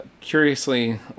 curiously